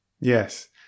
yes